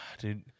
Dude